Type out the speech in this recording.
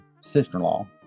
sister-in-law